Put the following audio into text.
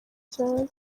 cyane